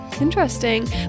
interesting